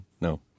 no